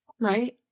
Right